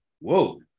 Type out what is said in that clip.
whoa